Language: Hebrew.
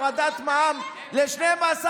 הורדת מע"מ ל-12%.